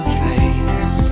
face